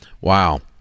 wow